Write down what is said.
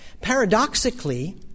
Paradoxically